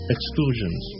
Exclusions